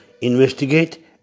investigate